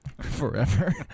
Forever